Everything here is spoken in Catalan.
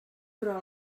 però